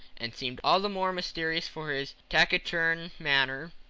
and seemed all the more mysterious for his taciturn manner.